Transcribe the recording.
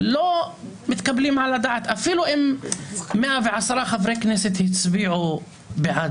לא מתקבלים על הדעת אפילו אם 110 חברי כנסת הצביעו בעד